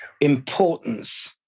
importance